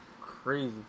Crazy